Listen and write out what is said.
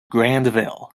grandville